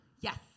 Yes